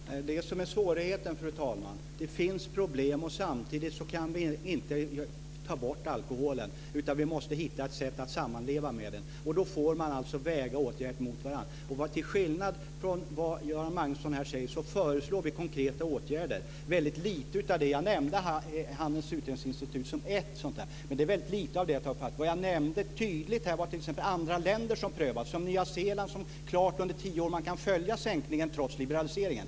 Fru talman! Det är det som är svårigheten. Det finns problem, och samtidigt kan vi inte ta bort alkoholen. Vi måste hitta ett sätt att sammanleva med den, och då får man väga åtgärder mot varandra. Till skillnad från vad Göran Magnusson här säger föreslår vi konkreta åtgärder. Jag nämnde Handelns Utredningsinstitut, men det var bara en liten referens. Jag underströk tydligt t.ex. vad andra länder prövar. På Nya Zeeland kan man under tio år klart följa en sänkning trots liberaliseringen.